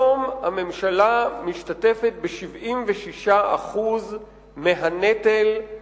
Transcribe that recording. היום הממשלה משתתפת ב-76% מהנטל של